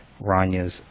Rania's